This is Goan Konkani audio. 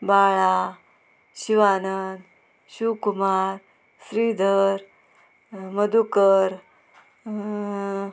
बाळा शिवानंद शिवकुमार श्रीधर मधुकर